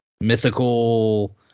Mythical